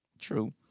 True